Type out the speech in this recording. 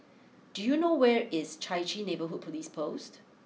do you know where is Chai Chee Neighbourhood police post